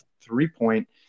three-point